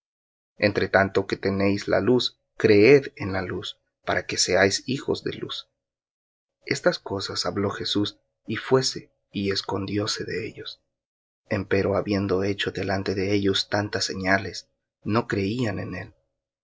entre tanto que tenéis la luz creed en la luz para que seáis hijos de luz estas cosas habló jesús y fuése y escondióse de ellos empero habiendo hecho delante de ellos tantas señales no creían en él